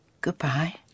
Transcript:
Goodbye